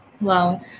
Wow